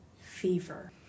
fever